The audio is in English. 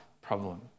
problem